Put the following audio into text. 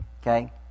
Okay